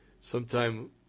Sometime